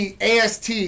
AST